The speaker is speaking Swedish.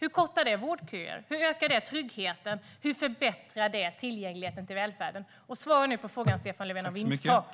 Hur kortar detta vårdköer? Hur ökar det tryggheten? Hur förbättrar det tillgängligheten till välfärden? Svara nu på frågan om vinsttak, Stefan Löfven!